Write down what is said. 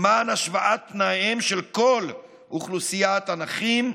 למען השוואת התנאים של כל אוכלוסיית הנכים,